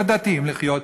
לדתיים לחיות,